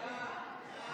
ההצעה להעביר את